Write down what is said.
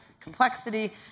complexity